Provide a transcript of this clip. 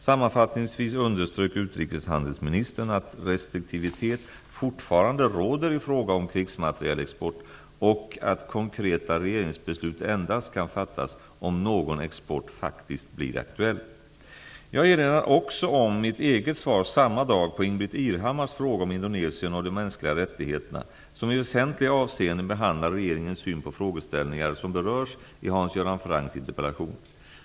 Sammanfattningsvis underströk utrikeshandelsministern att restriktivitet fortfarande råder i fråga om krigsmaterielexport och att konkreta regeringsbeslut endast kan fattas om någon export faktiskt blir aktuell. Jag erinrar också om mitt eget svar samma dag på Ingbritt Irhammars fråga om Indonesien och de mänskliga rättigheterna, som i västentliga avseenden behandlar regeringens syn på frågeställningar som berörs i Hans Göran Francks interpellation.